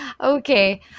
Okay